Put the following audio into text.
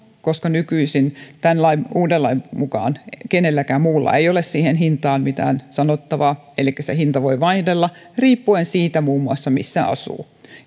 koska nykyisin tämän uuden lain mukaan kenelläkään muulla ei ole siihen hintaan mitään sanottavaa elikkä hinta voi vaihdella riippuen muun muassa siitä missä asuu